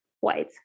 white